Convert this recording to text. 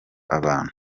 abantu